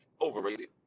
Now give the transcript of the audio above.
Overrated